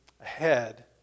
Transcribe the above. ahead